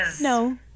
No